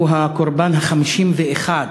הוא הקורבן ה-51,